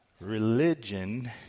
religion